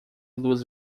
duas